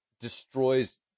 destroys